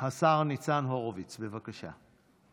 השר ניצן הורוביץ, בבקשה.